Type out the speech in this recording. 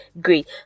Great